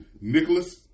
Nicholas